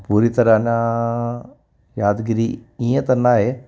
पूरी तरह न यादिगिरी ईअं त न आहे